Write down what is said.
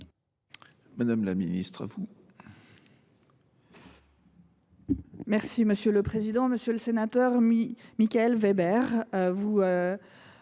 Madame la ministre, alors